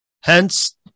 Hence